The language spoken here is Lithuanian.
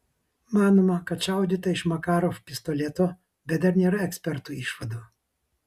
manoma kad šaudyta iš makarov pistoleto bet dar nėra ekspertų išvadų